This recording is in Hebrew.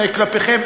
כלפיכם,